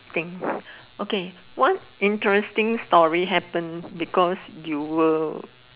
thing okay what interesting story happened because you were